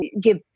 give